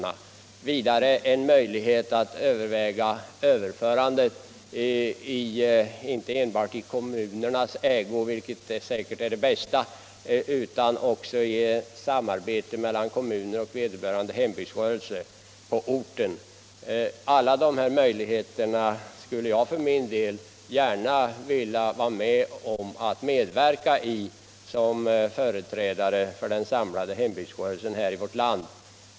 Jag vill vidare att det skall bli möjligt att överväga inte enbart överförande i kommunernas ägo — vilket säkert är det bästa — utan också ett samarbete mellan kommun och hembygdsrörelse på orten. Som företrädare för den samlade hembygdsrörelsen i vårt land skulle jag gärna vilja medverka till att införa dessa möjligheter.